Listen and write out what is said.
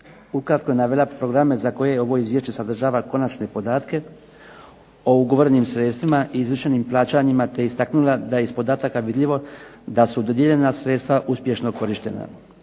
Ukratko je navela programe za koje ovo izvješće sadržava konačne podatke o ugovorenim sredstvima i izvršenim plaćanjima, te istaknula da je iz podataka vidljivo da su dodijeljena sredstva uspješno korištena.